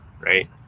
right